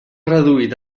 reduït